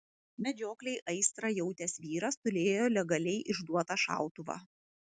medžioklei aistrą jautęs vyras turėjo legaliai išduotą šautuvą